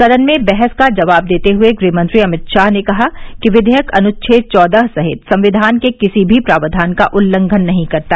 सदन में बहस का जवाब देते हुए गृहमंत्री अमित शाह ने कहा कि विघेयक अनुछेद चौदह सहित संविधान के किसी भी प्रावधान का उल्लंघन नहीं करता